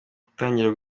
gutangira